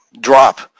drop